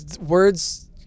words